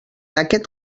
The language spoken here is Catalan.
aquest